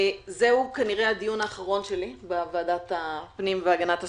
זהו כנראה הדיון האחרון שלי בוועדת הפנים והגנת הסביבה.